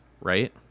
right